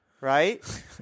right